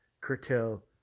curtail